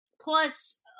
plus